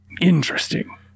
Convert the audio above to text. Interesting